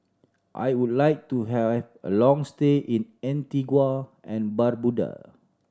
I would like to have a long stay in Antigua and Barbuda